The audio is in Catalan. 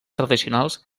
tradicionals